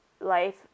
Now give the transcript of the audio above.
life